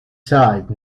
tide